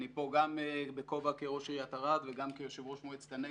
אני פה גם כראש עיריית ערד וגם כיושב-ראש מועצת הנגב.